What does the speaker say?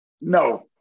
No